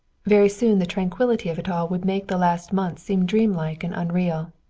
very soon the tranquillity of it all would make the last months seem dreamlike and unreal.